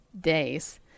days